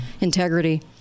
integrity